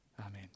Amen